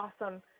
Awesome